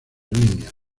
líneas